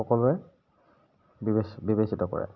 সকলোৱে বিবেচিত কৰে